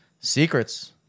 Secrets